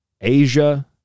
Asia